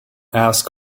ask